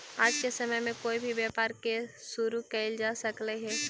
आज के समय में कोई भी व्यापार के शुरू कयल जा सकलई हे